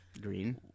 Green